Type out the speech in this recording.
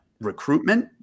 recruitment